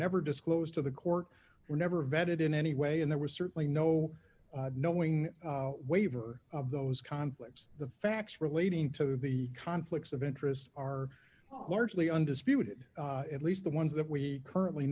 never disclosed to the court were never vetted in any way and there was certainly no knowing waiver of those conflicts the facts relating to the conflicts of interest are largely undisputed at least the ones that we currently